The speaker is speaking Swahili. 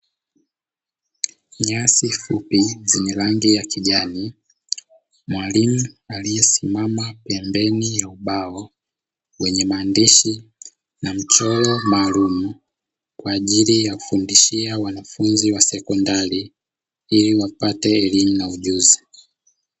Nyasi fupi zenye rangi ya kijani, mwalimu aliyesimama pembeni ya ubao, wenye maandishi na mchoro maalumu, kwa ajili ya kufundishia wanafunzi wa sekondari, ili wapate elimu na ujuzi.